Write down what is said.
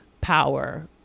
power